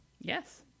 Yes